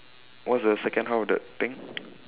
what's the second half of that thing